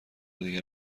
دیگر